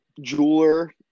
jeweler